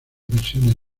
versiones